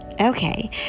Okay